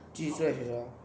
住在一起 lor